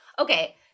Okay